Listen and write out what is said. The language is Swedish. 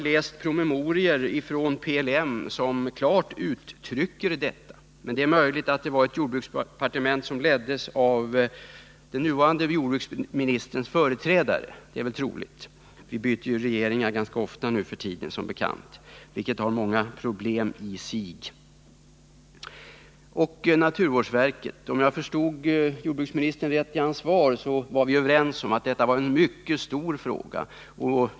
Men jag har läst promemorior från PLM där detta klart uttrycks, men det är möjligt att det då gällde det jordbruksdepartement som leddes av den nuvarande jordbruksministerns företrädare. Det är väl troligt att det är så, för vi byter ju som bekant regeringar ganska ofta nu för tiden, vilket i sig medför många problem. Så till resonemanget om naturvårdsverket. Om jag förstår jordbruksministern rätt är vi överens om att det här rör sig om en mycket viktig fråga.